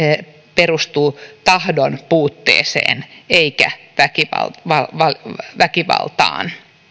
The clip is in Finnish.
perustuu tahdon puutteeseen eikä väkivaltaan